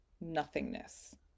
nothingness